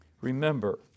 Remember